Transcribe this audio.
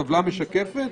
הטבלה משקפת?